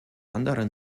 anderen